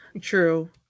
True